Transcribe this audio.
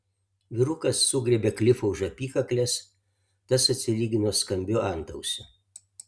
vyrukas sugriebė klifą už apykaklės tas atsilygino skambiu antausiu